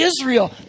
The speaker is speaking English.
Israel